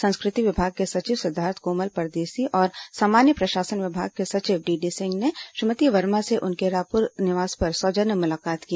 संस्कृति विभाग के सचिव सिद्धार्थ कोमल परदेशी और सामान्य प्रशासन विभाग के सचिव डीडी सिंह ने श्रीमती वर्मा से उनके रायपुर निवास पर सौजन्य मुलाकात की